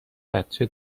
بچه